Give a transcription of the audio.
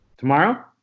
Tomorrow